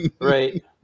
Right